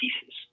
pieces